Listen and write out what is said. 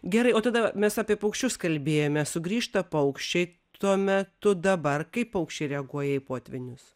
gerai o tada mes apie paukščius kalbėjome sugrįžta paukščiai tuo metu dabar kaip paukščiai reaguoja į potvynius